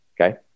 Okay